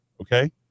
okay